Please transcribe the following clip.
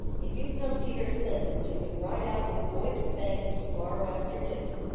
if you come to your senses, you can ride out with boyce bains to-morrow afternoon.